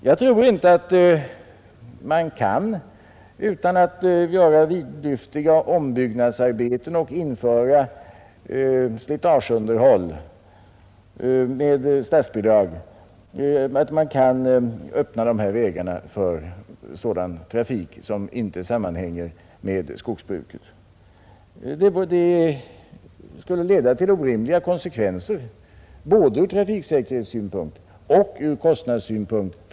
Jag tror inte att man utan att göra vidlyftiga ombyggnadsarbeten och införa slitageunderhåll med statsbidrag kan öppna dessa vägar för trafik som inte sammanhänger med skogsbruket.